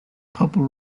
purple